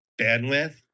bandwidth